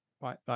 right